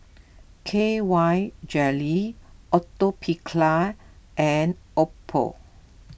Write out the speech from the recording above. K Y Jelly Atopiclair and Oppo